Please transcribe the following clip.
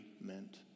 meant